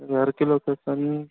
घर की लोकेसन